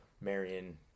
Marion